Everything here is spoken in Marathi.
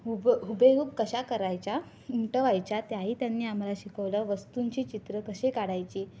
हुब हुबेहूब कशा करायच्या उमटवायच्या त्याही त्यांनी आम्हाला शिकवलं वस्तूंची चित्रं कशी काढायची